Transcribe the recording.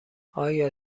آیا